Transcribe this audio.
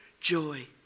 joy